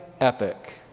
epic